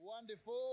Wonderful